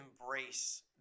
embrace